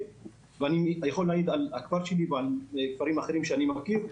אני יכול להעיד על הכפר שלי ועל כפרים אחרים שאני מכיר,